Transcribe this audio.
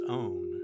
own